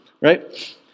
right